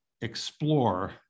Explore